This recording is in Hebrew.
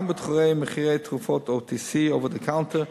גם בתחום מחירי תרופות Over The Counter,